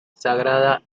sagrada